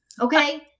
Okay